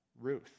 Ruth